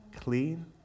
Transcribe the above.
clean